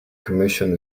commission